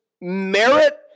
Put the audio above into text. merit